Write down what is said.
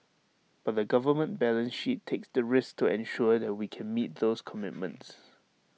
but the government balance sheet takes the risk to ensure that we can meet those commitments